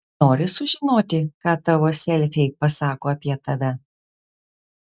nori sužinoti ką tavo selfiai pasako apie tave